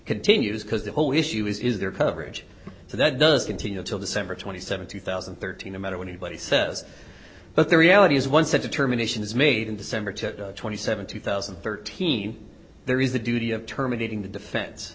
continues because the whole issue is their coverage so that does continue until december twenty seventh two thousand and thirteen no matter what anybody says but the reality is one such determination is made in december to twenty seven two thousand and thirteen there is the duty of terminating the defense